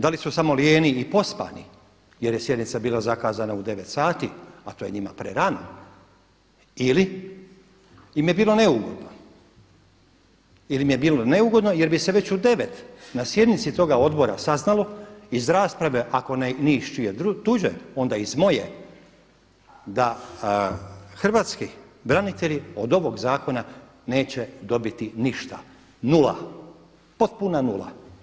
Da li su samo lijeni i pospani jer je sjednica bila zakazana u 9 sati a to je njima prerano ili im je bilo neugodno, ili im je bilo neugodno jer bi se već u 9 na sjednici toga odbora saznalo iz rasprave ako ni iz čije tuđe onda iz moje da hrvatski branitelji od ovog zakona neće dobiti ništa, nula, potpuna nula.